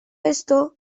esto